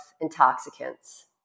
intoxicants